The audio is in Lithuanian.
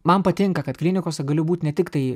man patinka kad klinikose galiu būt ne tiktai